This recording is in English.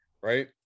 right